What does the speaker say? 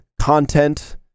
content